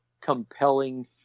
compelling